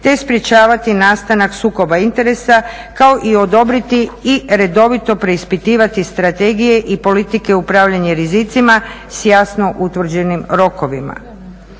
te sprječavati nastanak sukoba interesa kao i odobriti i redovito preispitivati strategije i politike upravljanja rizicima s jasno utvrđenim rokovima.